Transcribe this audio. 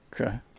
Okay